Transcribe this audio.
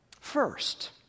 First